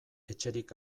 etxerik